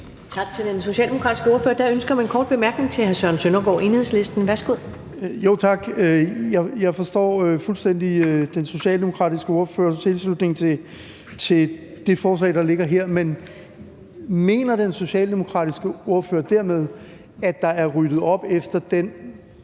Tak til den socialdemokratiske ordfører. Der er et ønske om en kort bemærkning fra hr. Søren Søndergaard, Enhedslisten. Værsgo. Kl. 11:23 Søren Søndergaard (EL): Tak. Jeg forstår fuldstændig den socialdemokratiske ordførers tilslutning til det forslag, der ligger her. Men mener den socialdemokratiske ordfører dermed, at der er ryddet op efter den